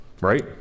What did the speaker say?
right